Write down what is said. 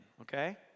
okay